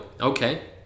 Okay